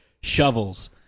shovels